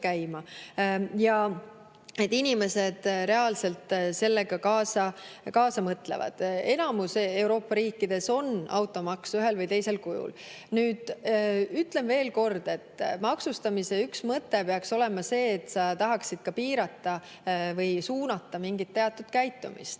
ja et inimesed reaalselt kaasa mõtlevad. Enamikus Euroopa riikides on automaks ühel või teisel kujul [olemas]. Ütlen veel kord, et maksustamise üks mõte peaks olema see, et tahetakse piirata või suunata mingit teatud käitumist.